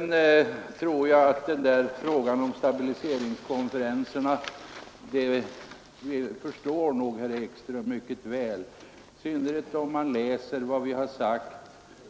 När det gäller stabiliseringskonferenserna förstår nog herr Ekström mycket väl, i synnerhet om han läser vad vi har sagt